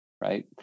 right